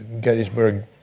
Gettysburg